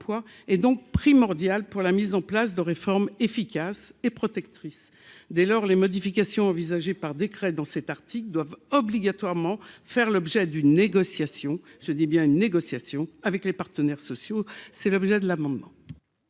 et donc primordial pour la mise en place de réformes efficace et protectrice, dès lors, les modifications envisagées par décret dans cet article doivent obligatoirement faire l'objet d'une négociation, je dis bien une négociation avec les partenaires sociaux, c'est l'objet de l'amendement.